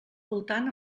voltant